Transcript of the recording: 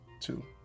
two